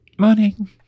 Morning